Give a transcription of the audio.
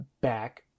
back